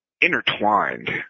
intertwined